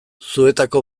zuetako